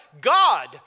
God